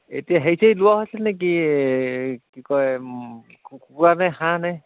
এতিয়া হেৰি চেৰি লোৱা হৈছে নে কি এই কি কয় কুকুৰা নে হাঁহ নে